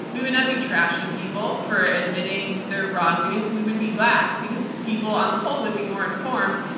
we would not be trashing people for admitting their wrongdoings. we would be glad, because people on the whole would be more informed.